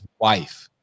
wife